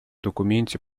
документе